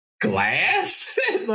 glass